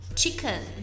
chicken